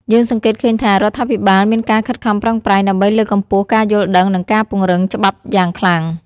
យើងសង្កេតឃើញថា រដ្ឋាភិបាលមានការខិតខំប្រឹងប្រែង ដើម្បីលើកកម្ពស់ការយល់ដឹង និងការពង្រឹងច្បាប់យ៉ាងខ្លាំង។